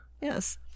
Yes